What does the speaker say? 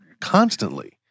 constantly